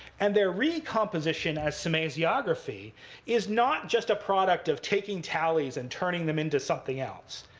and their recomposition as semasiography is not just a product of taking tallies and turning them into something else.